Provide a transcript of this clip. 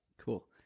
Cool